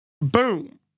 Boom